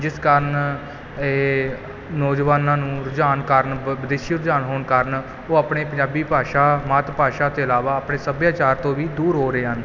ਜਿਸ ਕਾਰਨ ਇਹ ਨੌਜਵਾਨਾਂ ਨੂੰ ਰੁਝਾਨ ਕਾਰਨ ਵ ਵਿਦੇਸ਼ੀ ਰੁਝਾਨ ਹੋਣ ਕਾਰਨ ਉਹ ਆਪਣੇ ਪੰਜਾਬੀ ਭਾਸ਼ਾ ਮਾਤ ਭਾਸ਼ਾ ਤੋਂ ਇਲਾਵਾ ਆਪਣੇ ਸੱਭਿਆਚਾਰ ਤੋਂ ਵੀ ਦੂਰ ਹੋ ਰਹੇ ਹਨ